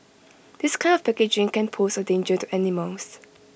this kind of packaging can pose A danger to animals